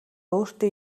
өөртөө